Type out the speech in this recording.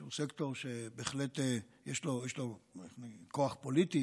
שהוא סקטור שבהחלט יש לו כוח פוליטי